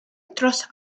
dros